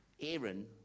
Aaron